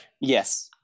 yes